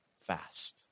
fast